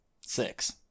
Six